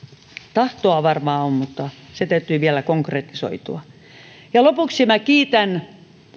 tahtoa varmaan on mutta sen täytyy vielä konkretisoitua lopuksi kiitän